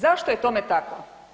Zašto je tome tako?